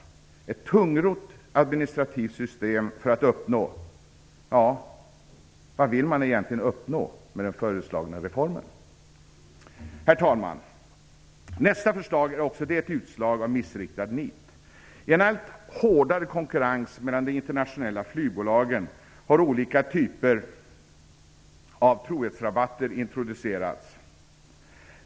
Detta är ett tungrott administrativt system för att uppnå - ja, vad vill man egentligen uppnå med den föreslagna reformen? Herr talman! Även nästa förslag är ett utslag av missriktad nit. I en allt hårdare konkurrens mellan de internationella flygbolagen har olika typer av trohetsrabatter introducerats.